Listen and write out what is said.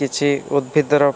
କିଛି ଉଦ୍ଭିଦର